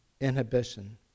inhibition